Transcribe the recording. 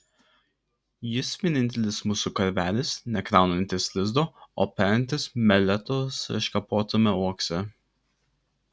jis vienintelis mūsų karvelis nekraunantis lizdo o perintis meletos iškapotame uokse